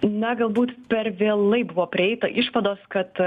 na galbūt per vėlai buvo prieita išvados kad